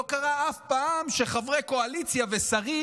לא קרה אף פעם שחברי קואליציה ושרים